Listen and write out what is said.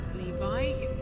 Levi